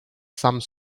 some